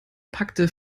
packte